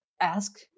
ask